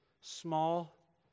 small